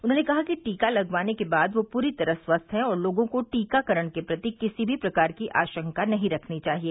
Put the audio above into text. उन्होंने कहा कि टीका लगवाने के बाद वे पूरी तरह स्वस्थ हैं और लोगों को टीकाकरण के प्रति किसी भी प्रकार की आशंका नहीं रखनी चाहिए